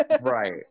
Right